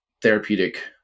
therapeutic